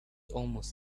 almost